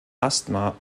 asthma